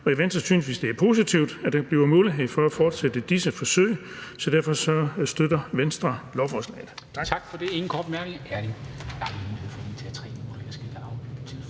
I Venstre synes vi, det er positivt, at der bliver mulighed for at fortsætte disse forsøg, så derfor støtter Venstre lovforslaget.